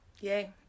Yay